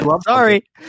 Sorry